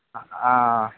ஆ ஆ